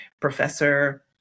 professor